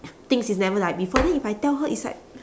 things is never like before then if I tell her is like